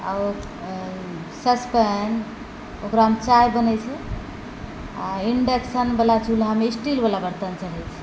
आओर सस्पेन ओकरा मे चाय बनै छै आ इण्डेक्शन बला चुल्हा मे स्टील बला बर्तन चढ़ै छै